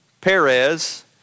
Perez